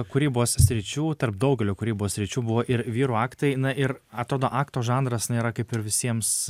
kūrybos sričių tarp daugelio kūrybos sričių buvo ir vyrų aktai na ir atrodo akto žanras nėra kaip ir visiems